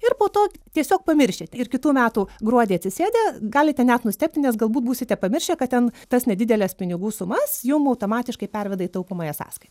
ir po to tiesiog pamiršit ir kitų metų gruodį atsisėdę galite net nustebti nes galbūt būsite pamiršę kad ten tas nedideles pinigų sumas jum automatiškai perveda į taupomąją sąskaitą